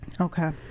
Okay